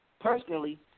personally